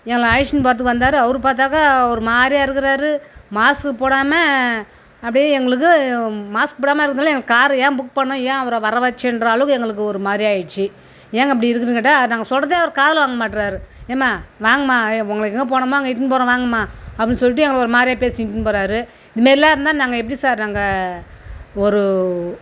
எங்களை அழைச்சுனு போகிறதுக்கு வந்தார் அவர் பார்த்தாக்கா ஒரு மாதிரியா இருக்கிறாரு மாஸ்க்கு போடாமல் அப்படியே எங்களுக்கு மாஸ்க் போடாமல் இருந்தோடனே எனக்கு கார் ஏன் புக் பண்ணோம் ஏன் அவரை வர வச்சோன்ற அளவுக்கு எங்களுக்கு ஒரு மாதிரியாக ஆகிடுச்சி ஏங்க இப்படி இருக்குதுனு கேட்டால் நாங்கள் சொல்கிறத அவர் காதில் வாங்க மாட்டேறாரு ஏம்மா வாங்கம்மா உங்களை எங்கே போகணுமோ அங்கே இட்டுனு போகிறேன் வாங்கம்மா அப்படி சொல்லிட்டு எங்களை ஒரு மாதிரியா பேசி இட்டுனு போகிறாரு இந்தமாரிலாம் இருந்தால் நாங்கள் எப்படி சார் நாங்கள் ஒரு